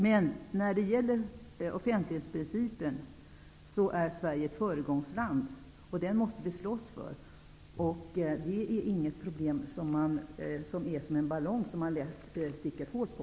Men när det gäller offentlighetsprincipen är Sverige ett föregångsland. Den måste vi slåss för! Detta är inte ett problem som är som en ballong, som man lätt sticker hål på.